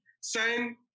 Sign